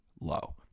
Low